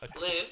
Live